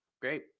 great